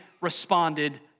responded